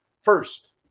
first